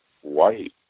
white